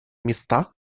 места